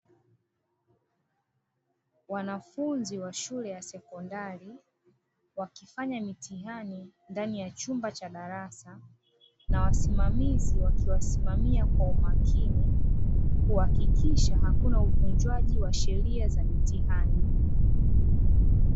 Wanafunzi wa shule ya sekondari wakifanya mitihani ndani ya chumba cha darasa na wasimamizi, wakiwasimamia kwa umakini kuhakikisha hakuna uvunjwaji wa sheria za mitihani.